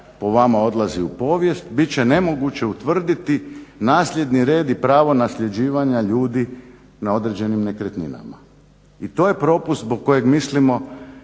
po vama odlazi u povijest, bit će nemoguće utvrditi nasljedni red i pravo nasljeđivanja ljudi na određenim nekretninama. I to je propust zbog kojeg mislimo